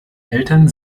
eltern